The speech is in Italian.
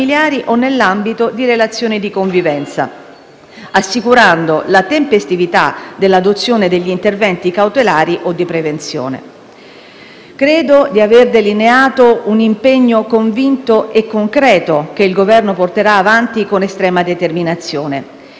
assicurando la tempestività dell'adozione degli interventi cautelari o di prevenzione. Credo di aver delineato un impegno convinto e concreto che il Governo porterà avanti con estrema determinazione. Mi auguro che questo avvenga con il contributo di tutti.